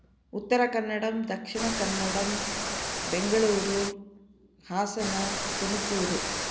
उत्तरकन्नडं दक्षिणकन्नडं बेंगळुरु हासन तुम्कूरु